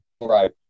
right